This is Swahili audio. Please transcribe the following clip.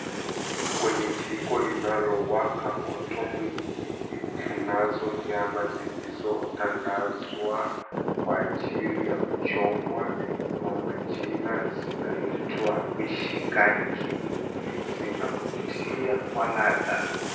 Kwenye jiko linalowaka moto mwingi, kunazo nyama zilizotandazwa kwa ajili ya kuchomwa na majina zinaitwa mishikaki. Zinavutia kwa ladha.